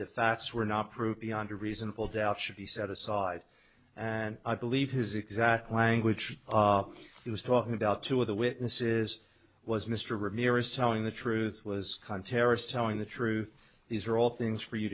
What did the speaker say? the facts were not proved beyond a reasonable doubt should be set aside and i believe his exact language he was talking about two of the witnesses was mr ramirez telling the truth was on terrorists telling the truth these are all things for you